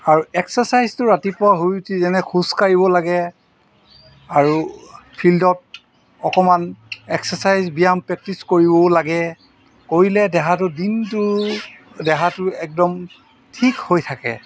আৰু এক্সাৰচাইজটো ৰাতিপুৱা শুই উঠি যেনে খোজকাঢ়িব লাগে আৰু ফিল্ডত অকণমান এক্সাৰচাইজ ব্যায়াম প্ৰেক্টিছ কৰিবও লাগে কৰিলে দেহাটো দিনটো দেহাটোৰ একদম ঠিক হৈ থাকে